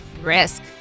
risk